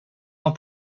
ans